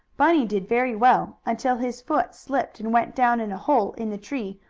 bunny did very well until his foot slipped and went down in a hole in the tree,